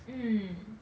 mm